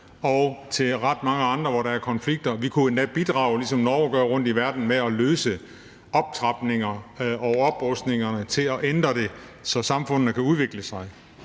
og til ret mange andre, hvor der er konflikter, og vi kunne endda bidrage, ligesom Norge gør rundt i verden, med at løse optrapninger og oprustningerne, og vi kunne ændre det, så samfundene kan udvikle sig.